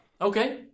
Okay